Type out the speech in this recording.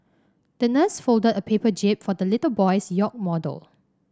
the nurse folded a paper jib for the little boy's yacht model